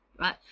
right